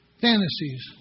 fantasies